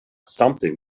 something